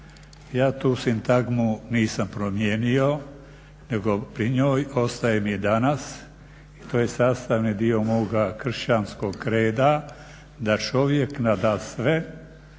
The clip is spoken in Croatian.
Ja tu sintagmu nisam promijenio nego pri njoj ostajem i danas i to je sastavni dio moga kršćanskog reda da čovjek nadasve